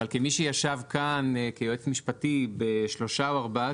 אבל כמי שישב כאן כיועץ משפטי בשלושה או ארבעה